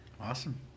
Awesome